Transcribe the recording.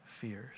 fears